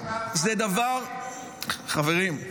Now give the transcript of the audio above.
חברים,